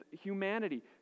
humanity